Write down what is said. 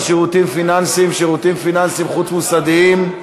שירותים פיננסיים (שירותים פיננסיים חוץ-מוסדיים).